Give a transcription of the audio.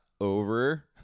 over